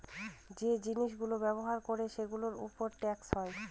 যে জিনিস গুলো ব্যবহার করবো সেগুলোর উপর ট্যাক্স হয়